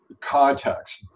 context